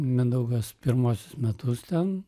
mindaugas pirmuosius metus ten